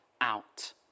out